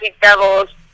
Devils